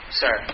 sir